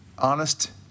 honest